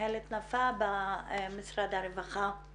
היו מגשרות חברתיות,